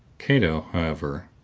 cato, however,